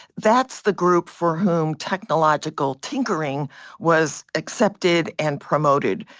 that's the group for whom technological tinkering was accepted and promoted.